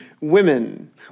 women